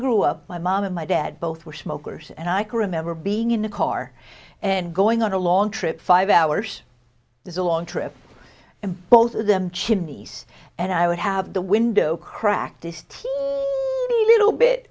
grew up my mom and my dad both were smokers and i can remember being in a car and going on a long trip five hours is a long trip and both of them chimneys and i would have the window cracked this